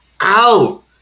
out